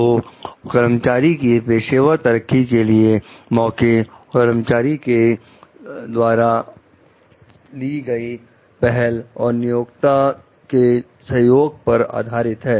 तो कर्मचारी की पेशेवर तरक्की के लिए मौके कर्मचारी के द्वारा ली गई पहल और नियोक्ता के सहयोग पर आधारित है